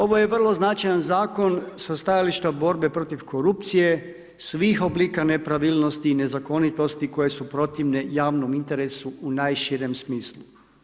Ovo je vrlo značajan zakon sa stajališta borbe protiv korupcije, svih oblika nepravilnosti i nezakonitosti koje su protivne javnom interesu u najširem smislu.